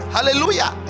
Hallelujah